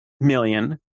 million